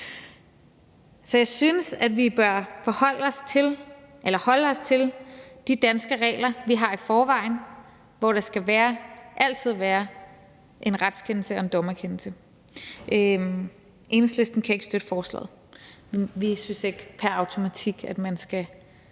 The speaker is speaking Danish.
Så jeg synes, at vi bør holde os til de danske regler, vi har i forvejen, hvor der altid skal være en retskendelse og en dommerkendelse. Enhedslisten kan ikke støtte forslaget. Vi synes ikke pr. automatik, at man skal